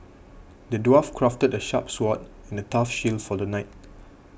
the dwarf crafted a sharp sword and a tough shield for the knight